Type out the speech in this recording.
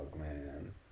man